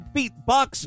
Beatbox